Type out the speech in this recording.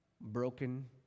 broken